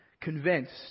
Convinced